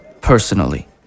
Personally